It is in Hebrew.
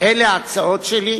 אלה ההצעות שלי,